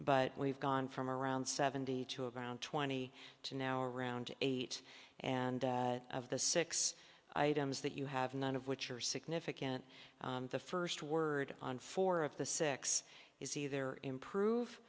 but we've gone from around seventy two of around twenty to now around eight and of the six items that you have none of which are significant the first word on four of the six is either improve